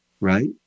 Right